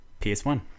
PS1